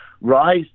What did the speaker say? rise